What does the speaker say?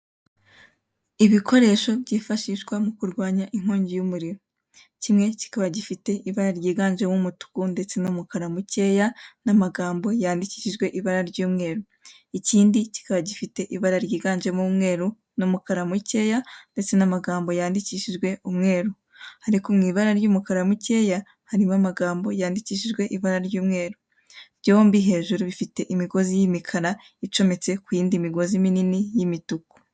Ibikoresho byifashisha mu kurwanya inkongi y'umuriro Kimwe kikaba gifite ibara ryiganjemo umutuku ndetse n'umukara mukeya n'amagambo yandikishijwe ibara ry'umweru, Ikindi kikaba gifite ibara ryiganjemo umweru n'umukara mukeya ndetse n'amagambo yandikishijwe ibara ry'umweru ariko mw'ibara ry'umukara mukeya harimo amagambo yandikishijwe ibara ry'umweru byombi hejuru bifite imigozi y'imikara icometse kuyindi imigozi minini y'imituku.